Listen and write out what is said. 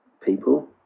people